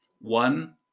one